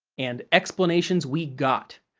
and explanations we got.